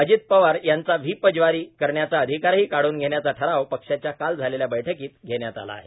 अजित पवार यांचा व्हीप जारी करण्याचा अधिकारही काढून घेण्याचा ठराव पक्षाच्या काल झालेल्या बैठकीत घेण्यात आला आहे